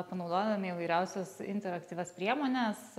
panaudodami įvairiausias interaktyvias priemones